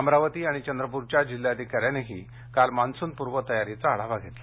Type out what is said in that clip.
अमरावती आणि चंद्रप्रच्या जिल्हाधिकाऱ्यांनीही काल मान्सूनपूर्व तयारीचा आढावा घेतला